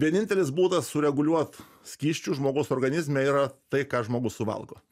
vienintelis būdas sureguliuot skysčių žmogaus organizme yra tai ką žmogus suvalgo